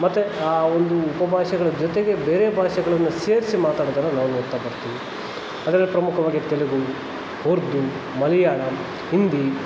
ಮತ್ತೆ ಆ ಒಂದು ಉಪಭಾಷೆಗಳ ಜೊತೆಗೆ ಬೇರೆ ಭಾಷೆಗಳನ್ನು ಸೇರಿಸಿ ಮಾತಾಡೋದನ್ನು ನಾವು ನೋಡ್ತಾ ಬರ್ತೀವಿ ಅದರಲ್ಲಿ ಪ್ರಮುಖವಾಗಿ ತೆಲುಗು ಉರ್ದು ಮಲಯಾಳಮ್ ಹಿಂದಿ